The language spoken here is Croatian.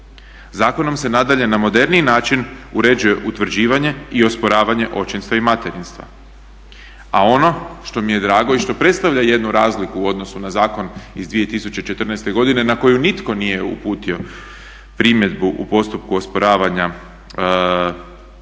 Zakonom se nadalje na moderniji način uređuje utvrđivanje i osporavanje očinstva i materinstva, a ono što mi je drago i što predstavlja jednu razliku u odnosu na zakon iz 2014.godine na koju nitko nije uputio primjedbu u postupku osporavanja ustavnosti